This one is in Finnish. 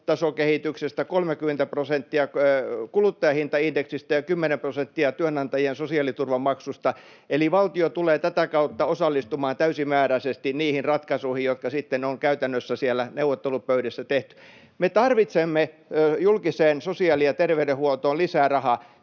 ansiotasokehityksestä, 30 prosenttia kuluttajahintaindeksistä ja 10 prosenttia työnantajien sosiaaliturvamaksusta, eli valtio tulee tätä kautta osallistumaan täysimääräisesti niihin ratkaisuihin, jotka sitten on käytännössä siellä neuvottelupöydissä tehty. Me tarvitsemme julkiseen sosiaali- ja terveydenhuoltoon lisää rahaa.